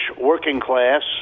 working-class